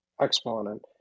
exponent